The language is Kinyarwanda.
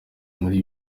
muri